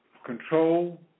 control